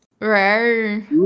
Rare